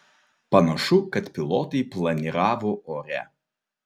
panašu kad pilotai planiravo ore